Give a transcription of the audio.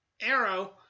Arrow